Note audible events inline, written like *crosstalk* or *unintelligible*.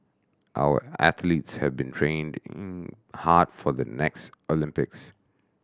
our athletes have been training *unintelligible* hard for the next Olympics